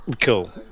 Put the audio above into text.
Cool